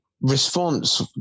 response